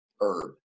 herb